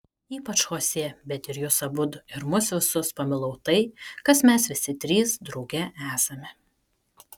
ypač chosė bet ir jus abudu ir mus visus pamilau tai kas mes visi trys drauge esame